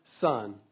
Son